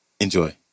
Enjoy